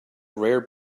rare